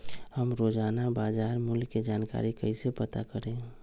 हम रोजाना बाजार मूल्य के जानकारी कईसे पता करी?